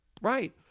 Right